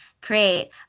create